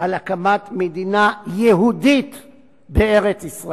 על הקמת מדינה יהודית בארץ-ישראל,